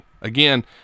Again